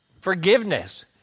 Forgiveness